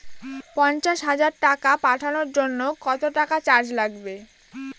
পণ্চাশ হাজার টাকা পাঠানোর জন্য কত টাকা চার্জ লাগবে?